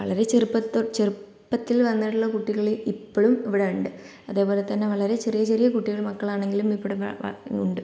വളരെ ചെറുപ്പം ചെറുപ്പത്തിൽ വന്നിട്ടുള്ള കുട്ടികള് ഇപ്പോഴും ഇവിടെയുണ്ട് അതേപോലെ തന്നെ വളരെ ചെറിയ ചെറിയ കുട്ടി മക്കളാണെങ്കിലും ഇവിടെയുണ്ട്